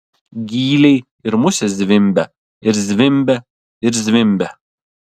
gyliai ir musės zvimbia ir zvimbia ir zvimbia